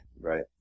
Right